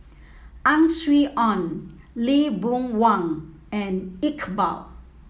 Ang Swee Aun Lee Boon Wang and Iqbal